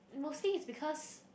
mostly is because